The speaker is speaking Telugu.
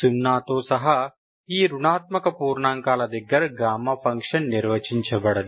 సున్నాతో సహా ఈ రుణాత్మక పూర్ణాంకాలు దగ్గర గామా ఫంక్షన్ నిర్వచించబడదు